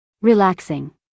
Relaxing